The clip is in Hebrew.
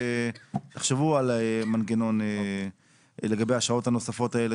תחשבו על מנגנון לגבי השעות הנוספות האלה